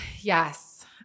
yes